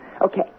Okay